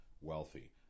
wealthy